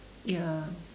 ya